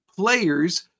players